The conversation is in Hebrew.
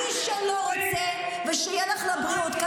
מי שלא רוצה, ושיהיה לך לבריאות.